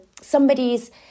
somebody's